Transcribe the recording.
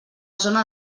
zona